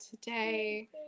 today